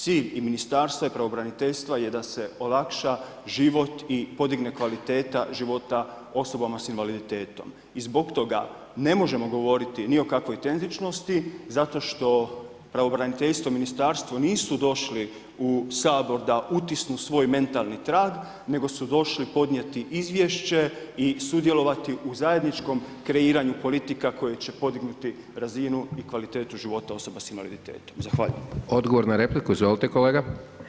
Cilj i ministarstva i pravobraniteljstva je da se olakša život i podigne kvaliteta života osobama s invaliditetom i zbog toga ne možemo govoriti ni o kakvoj tenzičnosti, zato što pravobraniteljstvo, ministarstvo nisu došli u Sabor da utisnu svoj mentalni trag, nego su došli podnijeti izvješće i sudjelovati u zajedničkom kreiranju politika koje će podignuti razinu i kvalitetu života osoba s invaliditetom.